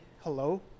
hello